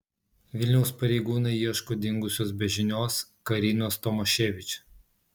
vilniaus pareigūnai ieško dingusios be žinios karinos tomaševič